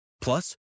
Plus